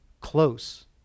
close